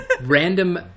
random